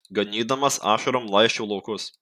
ganydamas ašarom laisčiau laukus